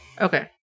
Okay